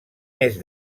més